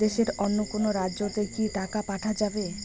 দেশের অন্য কোনো রাজ্য তে কি টাকা পাঠা যাবে?